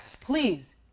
please